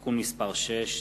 (תיקון מס' 6),